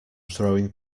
throwing